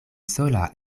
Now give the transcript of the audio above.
sola